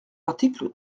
l’article